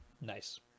Nice